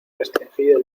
restringido